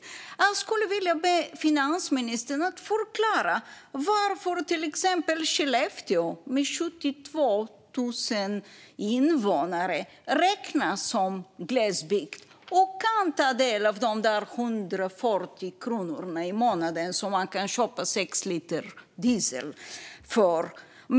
Jag skulle vilja be finansministern att förklara varför till exempel Skellefteå med 72 000 invånare räknas som glesbygd och kan ta del av dessa 140 kronor i månaden som man kan köpa sex liter diesel för.